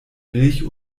milch